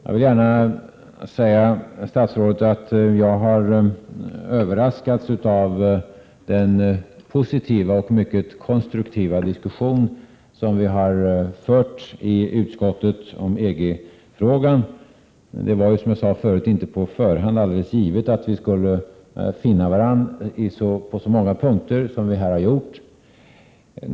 Jag vill gärna säga till statsrådet att jag har överraskats av den positiva och mycket konstruktiva diskussion som vi fört i utskottet om EG-frågan. Som jag sade tidigare var det på förhand inte alldeles givet att vi skulle finna varandra på så många punkter som vi här har gjort.